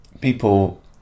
people